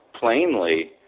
Plainly